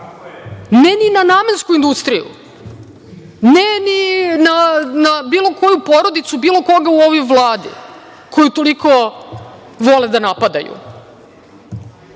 Ne ni na namensku industriju, ne ni na bilo koju porodicu bilo koga u ovoj Vladi koju toliko vole da napadaju.